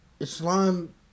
Islam